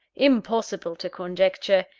impossible to conjecture!